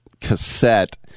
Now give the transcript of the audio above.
cassette